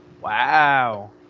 wow